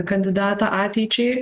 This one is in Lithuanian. kandidatą ateičiai